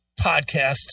podcasts